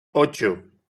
ocho